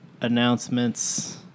announcements